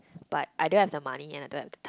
but I don't have the money and I don't have